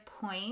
point